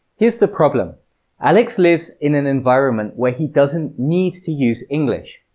here's the problem alex lives in an environment where he doesn't need to use english.